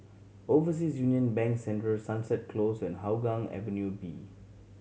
Overseas Union Bank Central Sunset Close and Hougang Avenue B